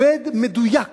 עובד מדויק